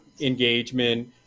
engagement